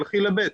תלכי ל-ב',